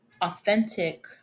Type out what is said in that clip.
authentic